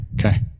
Okay